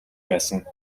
байсан